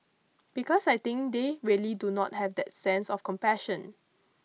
because I think they really do not have that sense of compassion